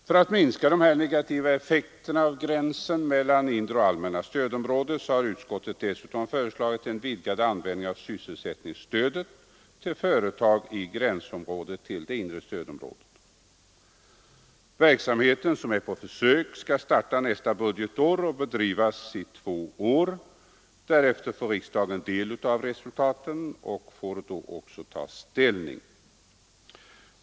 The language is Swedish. För att minska den negativa effekten av gränsen mellan det inre och det allmänna stödområ det har utskottet dessutom föreslagit en vidgad användning av sysselstättningsstödet till företag i gränsområdet till det inre stödområdet. Verksamheten skall starta nästa budgetår och bedrivas på försök i två år, varefter riksdagen skall få ta del av resultatet av försöksverksamheten och sedan ta ställning.